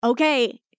Okay